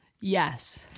yes